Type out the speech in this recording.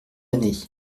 années